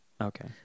Okay